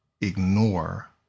ignore